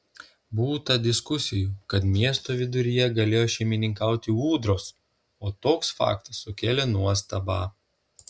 būta diskusijų kad miesto viduryje galėjo šeimininkauti ūdros o toks faktas sukėlė nuostabą